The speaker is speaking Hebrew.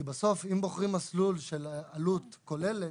כי בסוף אם בוחרים מסלול של עלות כוללת,